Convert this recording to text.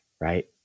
right